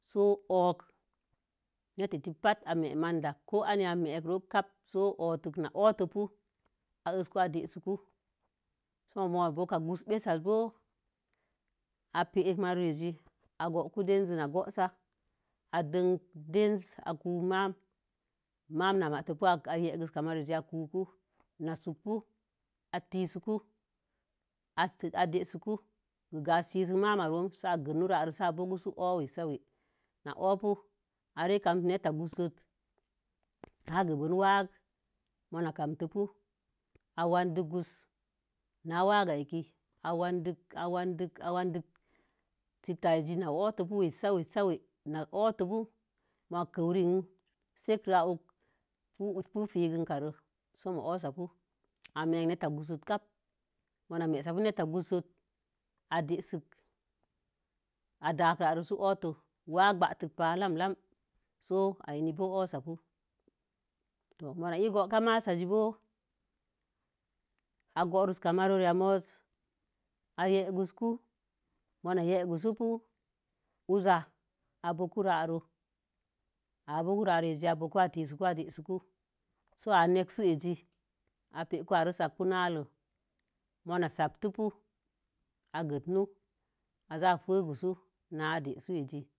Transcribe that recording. So wukə natə ti pa'tə ā meki maida ko anya ā menkə re kape so owuk na owutopu a hanku ā desoku. Sono̱o̱ ma bo̱o̱kə ǎ gun be-sa bo̱o̱ ipek marore zi agongun dənsə na gowu sa i dəngə denzi. A ku'udui ma'am na matə puhu ayigin sə marore'a zi ā kuhuku na su'kə pu atisuku adəsiku ga ihakusur ma'am re'am sí a gangun rarei si owuwesawe, na owubu. Arè kamki netə gu'u said n geben wa'ige mana katem pu awadin guwusə na waga āki āwadu āwadi sita ē zi na wutokəwesawe ma ku'u hi sərek awuke figə rə somo uwusamu ameki neta gunsəti kab mo̱o̱ mentə neta gunsən. í dənsə kə ada'aki rare'a wa'aki gweiti pa lam-lam so ā n ni boo osapu, mo̱o̱ na í bo̱o̱ka. Mo̱o̱ ii bo̱ka masasi bo̱o̱ āgoren ka marorii ya mosə ayekuguku ma yekusugu uza a boku rari ki sə ti su sə a nəksu a pəku are səku nalei, moona sa'amtu bu a gonon-a za afirkuwa na'a daisuji